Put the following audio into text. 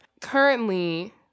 currently